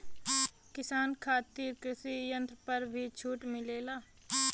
किसान खातिर कृषि यंत्र पर भी छूट मिलेला?